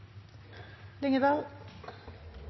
det er vel